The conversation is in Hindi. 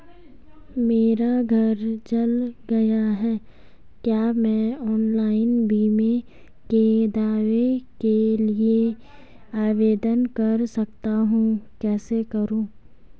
मेरा घर जल गया है क्या मैं ऑनलाइन बीमे के दावे के लिए आवेदन कर सकता हूँ कैसे करूँ?